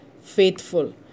faithful